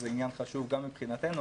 זה עניין חשוב גם מבחינתנו,